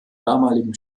damaligen